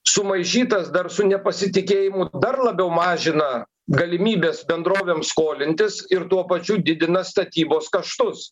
sumaišytas dar su nepasitikėjimu dar labiau mažina galimybes bendrovėm skolintis ir tuo pačiu didina statybos kaštus